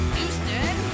Houston